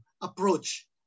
approach